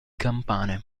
campane